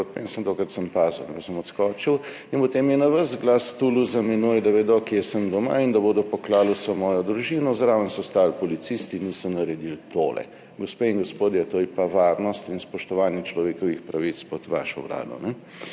proti meni, samo tokrat sem pazil, sem odskočil, in potem je na ves glas tulil za menoj, da vedo, kje sem doma in da bodo poklali vso mojo družino, zraven so stali policisti, niso naredili tole / pokaže z gesto/. Gospe in gospodje, to pa je varnost in spoštovanje človekovih pravic pod vašo vlado,